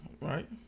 right